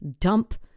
dump